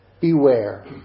beware